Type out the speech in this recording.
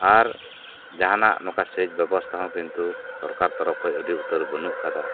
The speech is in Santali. ᱟᱨ ᱡᱟᱦᱟᱱᱟᱜ ᱱᱚᱝᱠᱟ ᱥᱮᱪ ᱵᱮᱵᱚᱥᱛᱟ ᱦᱚᱸ ᱠᱤᱱᱛᱩ ᱥᱚᱨᱠᱟᱨ ᱛᱚᱨᱚᱵ ᱠᱷᱚᱱ ᱟᱹᱰᱤ ᱩᱛᱟᱹᱨ ᱵᱟᱹᱱᱩᱜ ᱟᱠᱟᱫᱟ